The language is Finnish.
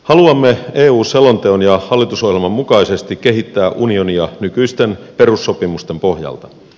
haluamme eu selonteon ja hallitusohjelman mukaisesti kehittää unionia nykyisten perussopimusten pohjalta